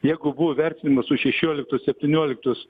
jeigu buvo vertinimas už šešioliktus septynioliktus